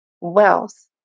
Wealth